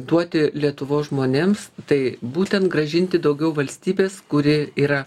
duoti lietuvos žmonėms tai būtent grąžinti daugiau valstybės kuri yra